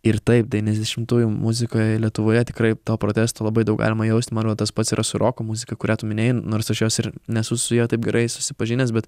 ir taip devyniasdešimtųjų muzikoje lietuvoje tikrai to protesto labai daug galima jausti man atrodo tas pats yra su roko muzika kurią minėjai nors aš jos ir nesu su ja taip gerai susipažinęs bet